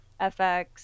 FX